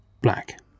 black